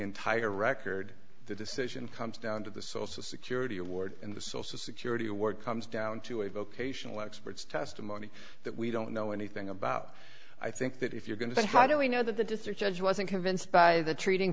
entire record the decision comes down to the social security award and the social security award comes down to a vocational expert's testimony that we don't know anything about i think that if you're going to say how do we know that the district judge wasn't convinced by the treating